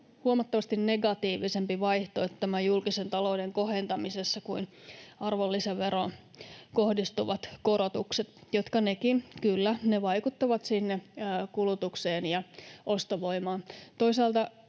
huomattavasti negatiivisempi vaihtoehto julkisen talouden kohentamisessa kuin arvonlisäveroon kohdistuvat korotukset, jotka nekin, kyllä, vaikuttavat kulutukseen ja ostovoimaan.